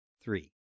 Three